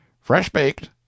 Fresh-baked